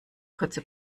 kurze